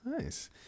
Nice